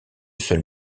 seul